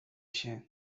się